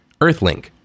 Earthlink